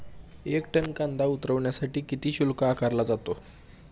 एक टन कांदा उतरवण्यासाठी किती शुल्क आकारला जातो?